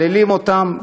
מהללים אותם.